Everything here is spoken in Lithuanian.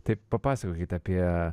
tai papasakokit apie